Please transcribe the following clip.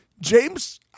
James